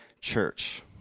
church